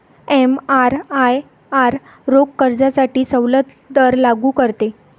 एमआरआयआर रोख कर्जासाठी सवलत दर लागू करते